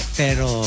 pero